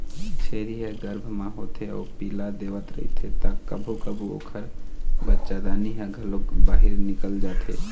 छेरी ह गरभ म होथे अउ पिला देवत रहिथे त कभू कभू ओखर बच्चादानी ह घलोक बाहिर निकल जाथे